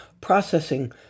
processing